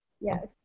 Yes